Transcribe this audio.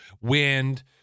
wind